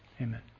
Amen